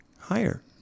higher